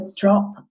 drop